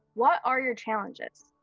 what are your challenges?